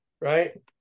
right